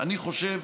אני חושב